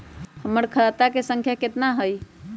हमर खाता के सांख्या कतना हई?